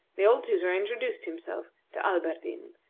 the old tutor introduced himself to alberdin,